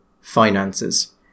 finances